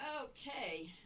Okay